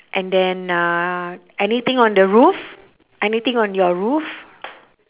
and then uh anything on the roof anything on your roof